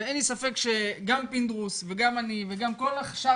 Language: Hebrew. ואין לי ספק שגם פינדרוס וגם אני וגם כל שאר